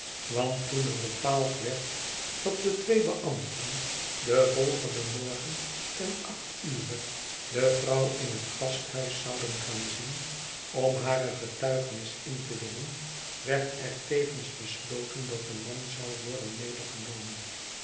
want toen er bepaald werd dat de twee beambten den volgenden morgen ten acht ure de vrouw in het gasthuis zouden gaan zien om hare getuigenis in te winnen werd er tevens besloten dat de man zou worden medegenomen